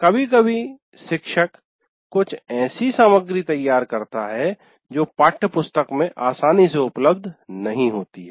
कभी कभी शिक्षक कुछ ऐसी सामग्री तैयार करता है जो पाठ्यपुस्तक में आसानी से उपलब्ध नहीं होती है